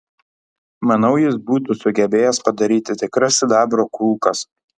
manau jis būtų sugebėjęs padaryti tikras sidabro kulkas